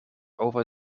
over